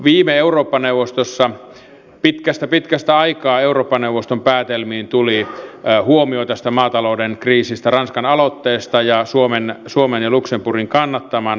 viime eurooppa neuvostossa pitkästä pitkästä aikaan sen päätelmiin tuli huomio tästä maatalouden kriisistä ranskan aloitteesta suomen ja luxemburgin kannattamana